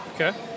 Okay